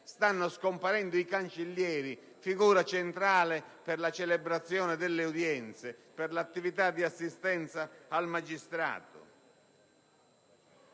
Stanno scomparendo i cancellieri, figura centrale per la celebrazione delle udienze e per l'attività di assistenza al magistrato.